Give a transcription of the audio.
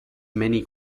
many